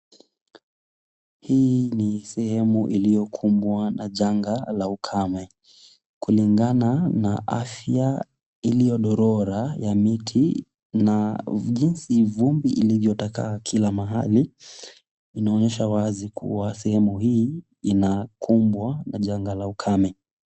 Hii ni sehemu iliyokumbwa na janga la ukame. Kulingana na afya iliyo dorora ya miti, na jinsi vumbi ilivyo taka kila mahali inaonyesha wazi kuwa sehemu hii inakumbwa na janga la ukame.